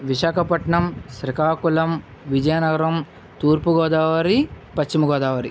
Visakhapatnam Srikakulam Vizianagaram Thurpu Godavari Paschima Godavari